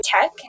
tech